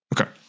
Okay